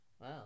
Wow